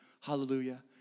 hallelujah